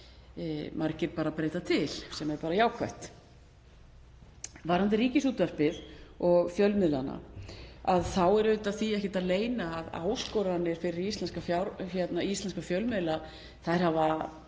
margir ráðherrar breyta til, sem er bara jákvætt. Varðandi Ríkisútvarpið og fjölmiðlana þá er því ekkert að leyna að áskoranir fyrir íslenska fjölmiðla hafa